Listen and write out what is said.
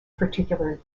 particular